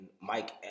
Mike